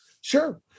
Sure